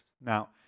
Now